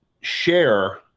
share